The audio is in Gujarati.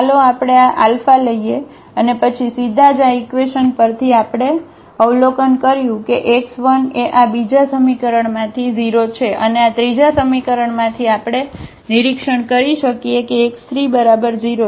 તો ચાલો આપણે આ α લઈએ અને પછી સીધા જ આ ઈક્વેશન પરથી આપણે અવલોકન કર્યું કે x 1 એ આ બીજા સમીકરણમાંથી 0 છે અને આ ત્રીજા સમીકરણમાંથી આપણે નિરીક્ષણ કરી શકીએ કે x 3 બરાબર 0 છે